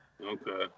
Okay